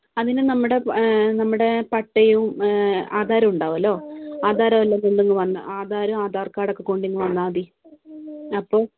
അതിന് നമ്മുടെ നമ്മുടെ പട്ടയവും ആധാരവും ഉണ്ടാകുമല്ലോ ആധാരവും എല്ലാം കൊണ്ട് ഇങ്ങ് വന്നാൽ ആധാരവും ആധാർ കാർഡൊക്കെ കൊണ്ട് ഇങ്ങ് വന്നാൽ മതി അപ്പോൾ